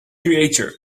creature